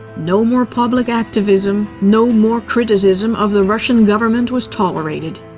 no more public activism, no more criticism of the russian government was tolerated.